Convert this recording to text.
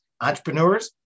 entrepreneurs